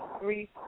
three